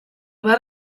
behar